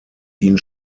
ihn